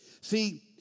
See